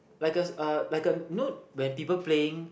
like a uh like a you know when people playing